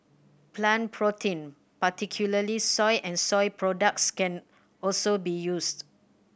plant protein particularly soy and soy products can also be used